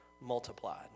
multiplied